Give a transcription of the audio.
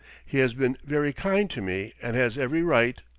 he has been very kind to me and has every right.